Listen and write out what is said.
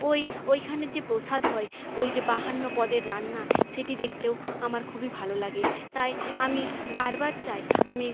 ওই ওইখানের যে প্রসাদ হয় ওই যে বাহান্ন পদের রান্না সেটি দেখতেও আমার খুবই ভালো লাগে তাই আমি বারবার চাই আমি